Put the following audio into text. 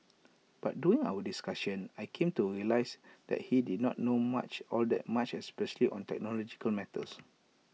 but during our discussion I came to realise that he did not know much all that much especially on technological matters